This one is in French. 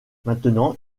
maintenant